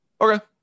Okay